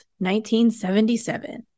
1977